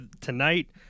tonight